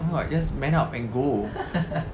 what just man up and go